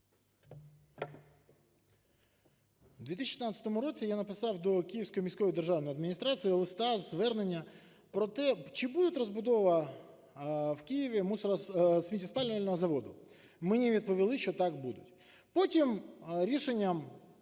В 2016 році я написав до Київської міської державної адміністрації лист-звернення про те, чи буде розбудова в Києві сміттєспалювального заводу. Мені відповіли, що так, буде. Потім рішенням